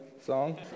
Song